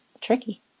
tricky